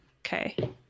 Okay